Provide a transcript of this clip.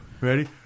ready